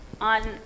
on